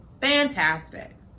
Fantastic